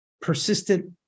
persistent